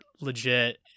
legit